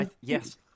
yes